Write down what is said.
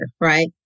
right